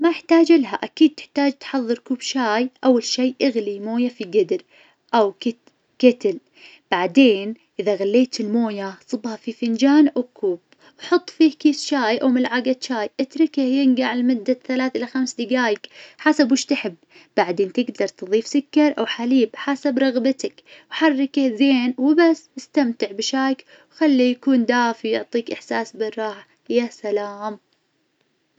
ما احتاج إلها أكيد تحتاج تحظر كوب شاي أول شي اغلي كوب مويه في قدر أو كت- كتل بعدين إذا غليت الموية صبها في فنجان أو كوب حط فيه كيس شاي أو ملعقة شاي، اتركه ينقع لمدة ثلاث إلى خمس دقايق حسب وايش تحب، بعدين تقدر تظيف سكر أو حليب حسب رغبتك، وحركه زين وبس .استمتع بشايك وخليه يكون دافي يعطيك إحساس بالراحة يا سلام.